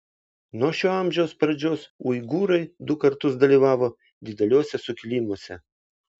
nuo šio amžiaus pradžios uigūrai du kartus dalyvavo dideliuose sukilimuose